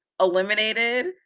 eliminated